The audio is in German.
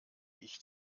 ich